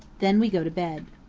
then we go to bed.